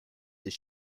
this